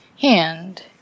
hand